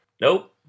nope